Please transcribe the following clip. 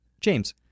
James